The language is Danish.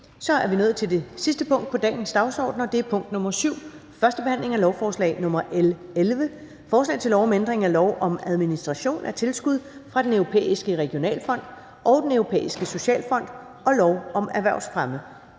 Det er vedtaget. --- Det sidste punkt på dagsordenen er: 7) 1. behandling af lovforslag nr. L 11: Forslag til lov om ændring af lov om administration af tilskud fra Den Europæiske Regionalfond og Den Europæiske Socialfond og lov om erhvervsfremme.